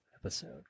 episode